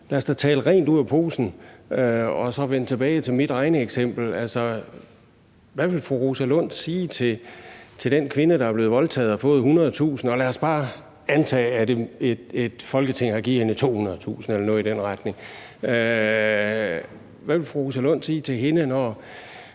lad os da tale rent ud af posen og så vende tilbage til mit regneeksempel. Hvad vil fru Rosa Lund sige til den kvinde, der er blevet voldtaget, og som har fået 100.000 kr. – og lad os bare antage, at et Folketing har givet hende 200.000 kr. eller noget i den retning – når naboen, der har været